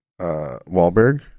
Wahlberg